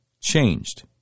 changed